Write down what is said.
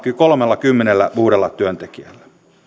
kolmellakymmenellä uudella työntekijällä